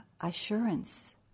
assurance